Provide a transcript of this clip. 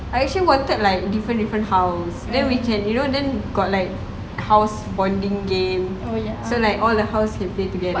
I actually wanted like different different house then we can you know we can got like house bonding game so like all the house can play together